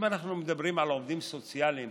אם אנחנו מדברים על עובדים סוציאליים,